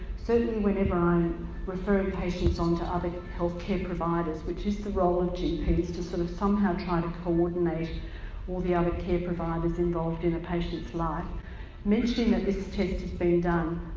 certainly whenever i um refer patients onto other healthcare providers, which is the role of gps to sort of somehow try to coordinate all the other care providers involved in a patient's life mentioning that this test has been done,